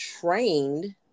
trained